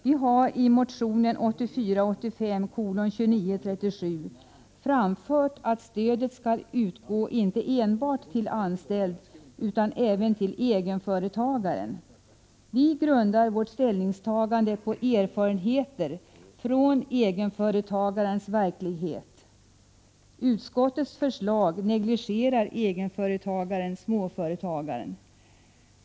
Vi har i motion 1984/85:2937 framfört att stödet inte enbart skall utgå till de anställda utan även till egenföretagaren. Vi grundar vårt ställningstagande på erfarenheter från egenföretagarens verklighet. Utskottets förslag negligerar egenföretagare och småföretagare.